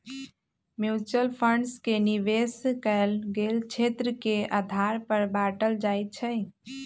mutual fund के निवेश कएल गेल क्षेत्र के आधार पर बाटल जाइ छइ